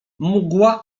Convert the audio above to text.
mgła